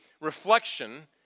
reflection